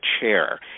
chair